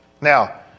Now